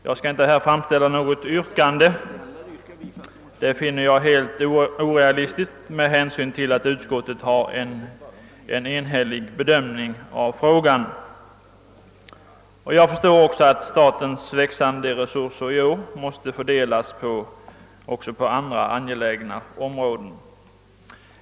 | Jag skall inte här framställa något yrkande; det finner jag helt orealistiskt med hänsyn till utskottets enhälliga bedömning av frågan. Jag förstår också att statens växande resurser i år måste fördelas även på andra angelägna områden.